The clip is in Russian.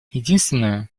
единственное